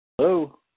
Hello